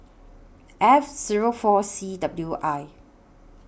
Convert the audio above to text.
F Zero four C W I